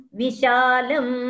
vishalam